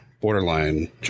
borderline